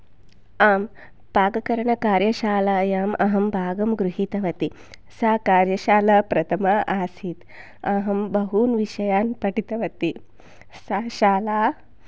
आम् पाककरणकार्यशालायाम् अहं भागं गृहीतवति सा कार्यशाला प्रथमा आसीत् अहं बहून् विषयान् पठितवति सा शाला